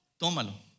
tómalo